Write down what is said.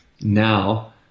now